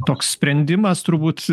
toks sprendimas turbūt